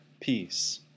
peace